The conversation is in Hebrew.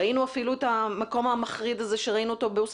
ראינו אפילו את המקום המחריד הזה בעוספיה,